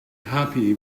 happy